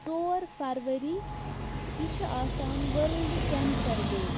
ژور فرؤری یہِ چھُ آسان ؤرلڈٕ کینسَر ڈیٚے